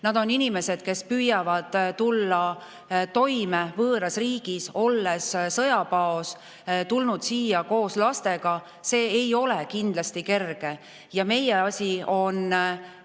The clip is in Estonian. Nad on inimesed, kes püüavad tulla toime võõras riigis, olles sõjapaos ja tulnud siia koos lastega. See ei ole kindlasti kerge ja meie asi on